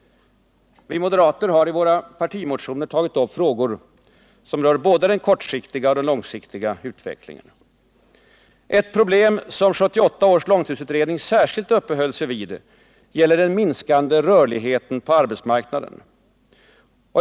Vi moderater har i våra partimotioner tagit upp frågor som rör både den kortsiktiga och den långsiktiga utvecklingen. Ett problem som 1978 års långtidsutredning särskilt uppehöll sig vid gäller den minskade rörligheten på arbetsmarknaden.